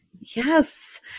Yes